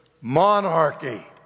monarchy